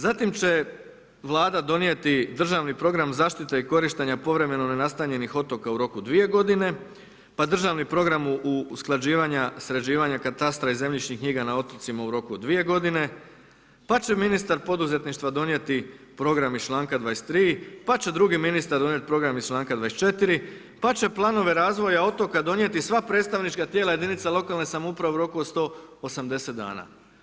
Zatim će vlada donijeti državni program zaštite i korištenja povremeno nenastaljenih otoka u roku 2 godine pa državni program usklađivanja, sređivanja katastra i zemljišnih knjiga na otocima u roku od 2 godina pa će ministar poduzetništva donijeti program iz članka 23 pa će drugi ministar donijeti program iz članka 24 pa će planove razvoja otoka donijeti sva predstavnička tijela jedinica lokalne samouprave u roku od 180 dana.